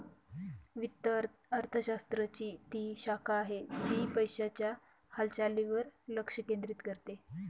वित्त अर्थशास्त्र ची ती शाखा आहे, जी पैशासंबंधी च्या हालचालींवर लक्ष केंद्रित करते